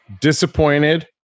disappointed